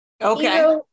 okay